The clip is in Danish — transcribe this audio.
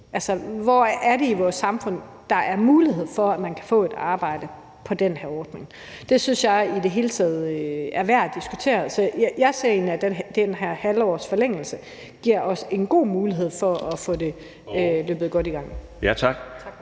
i, hvor det er i vores samfund, at der er mulighed for, at man kan få et arbejde på den her ordning. Det synes jeg i det hele taget er værd at diskutere. Så jeg ser egentlig, at den her ½-årsforlængelse giver os en god mulighed for at få løbet det godt i gang. Kl.